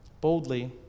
boldly